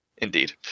Indeed